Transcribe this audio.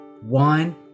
one